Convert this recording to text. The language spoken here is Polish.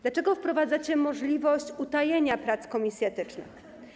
Dlaczego wprowadzacie możliwość utajnienia prac komisji etycznych?